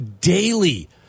daily